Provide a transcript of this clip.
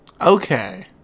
Okay